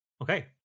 Okay